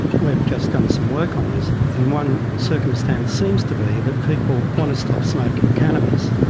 we've just done some work on this, and one circumstance seems to be that people want to stop smoking cannabis,